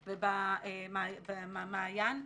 ובמעיין,